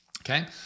okay